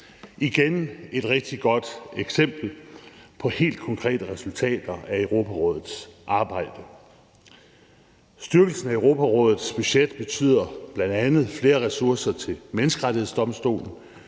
det et rigtig godt eksempel på helt konkrete resultater af Europarådets arbejde. Styrkelsen af Europarådets budget betyder bl.a. flere ressourcer til Menneskerettighedsdomstolen